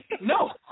No